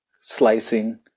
slicing